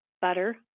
butter